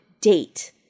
DATE